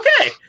Okay